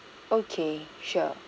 okay sure